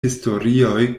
historioj